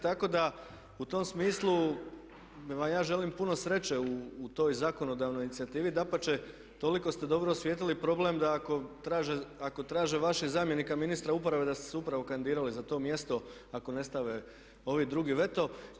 Tako da u tom smislu vam ja želim puno sreće u toj zakonodavnoj inicijativi, dapače, toliko ste dobro osvijetlili problem da ako traže vaši zamjenika ministra uprave da ste se upravo kandidirali za to mjesto ako ne stave ovi drugi veto.